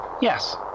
Yes